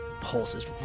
pulses